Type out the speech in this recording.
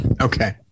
Okay